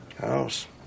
house